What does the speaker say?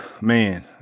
man